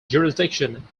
jurisdiction